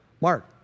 Mark